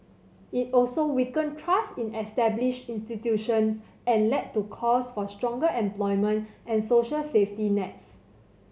it also weakened trust in established institutions and led to calls for stronger employment and social safety nets